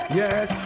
yes